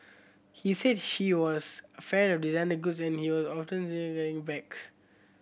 he said he was a fan of designer goods and bags